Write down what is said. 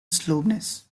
slovenes